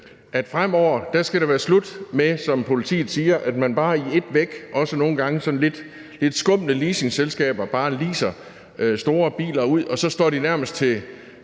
det fremover skal være slut med, som politiet siger, at man, også nogle gange sådan lidt skumle leasingselskaber, bare i ét væk bare leaser store biler ud, og så står de nærmest til